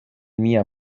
mia